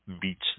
beats